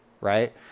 Right